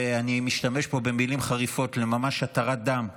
ואני משתמש פה במילים חריפות, להתרת דם ממש.